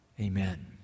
Amen